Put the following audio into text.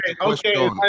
Okay